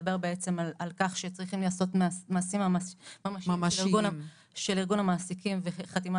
שמדבר בעצם על כך שצריכים להיעשות מעשים ממשיים של ארגון המעסיקים וחתימה